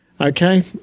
Okay